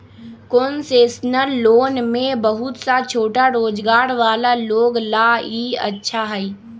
concessional loan में बहुत सा छोटा रोजगार वाला लोग ला ई अच्छा हई